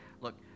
Look